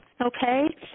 okay